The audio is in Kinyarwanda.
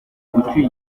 ucyuye